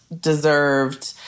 deserved